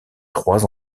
trois